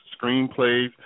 screenplays